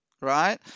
Right